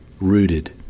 rooted